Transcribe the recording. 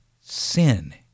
sin